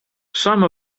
some